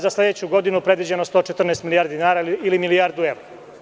Za sledeću godinu je predviđeno 114 milijardi dinara ili milijardu evra.